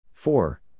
Four